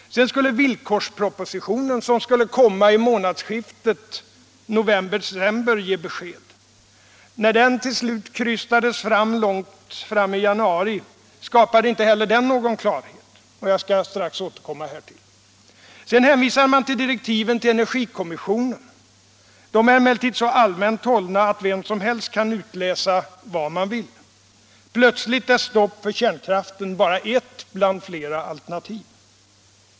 Sedan skulle villkorspropositionen, som angavs komma i månadsskiftet november-december, ge besked. När den till slut krystades fram långt in i januari skapades inte heller någon klarhet. Jag skall strax återkomma härtill. Så hänvisade man till bostadsdepartementets proposition om energisparande i fastigheter. Denna blev ett fiasko, eftersom det jämfört med Plötsligt är stopp för kärnkraften bara ett bland flera alternativ.